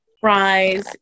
fries